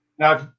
Now